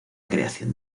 creación